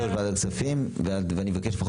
אני גם אפנה לוועדת הכספים ואני אבקש לפחות